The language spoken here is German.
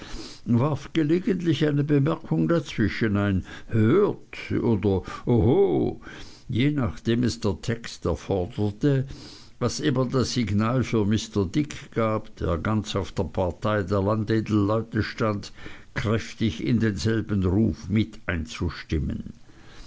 warf gelegentlich eine bemerkung dazwischen ein hört oder oho je nachdem es der text erforderte was immer das signal für mr dick abgab der ganz auf der partei der landedelleute stand kräftig in denselben ruf mit einzustimmen